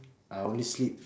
I only sleep